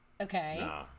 Okay